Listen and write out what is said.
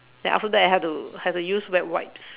then after that I had to have to use wet wipes